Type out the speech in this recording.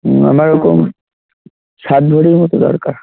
হুম আমার ওরকম সাত ভরির মত দরকার